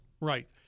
Right